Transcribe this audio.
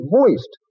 voiced